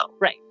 Right